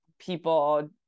people